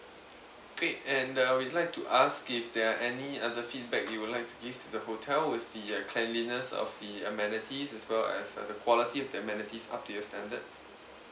great and uh we'd like to ask if there are any other feedback you would like to give to the hotel was the uh cleanliness of the amenities as well as uh the quality of the amenities up to your standards